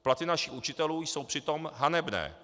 Platy našich učitelů jsou přitom hanebné.